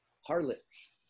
harlots